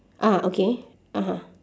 ah okay (uh huh)